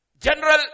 general